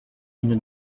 une